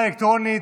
אלקטרונית.